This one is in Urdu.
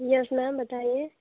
یس میم بتائیے